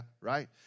Right